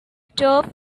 turf